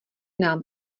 nám